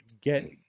get